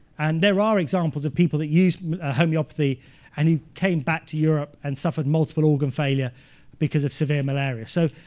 and there are examples of people that use homeopathy and who came back to europe and suffered multiple organ failure because of severe malaria. so